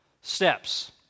steps